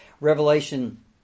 Revelation